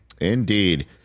Indeed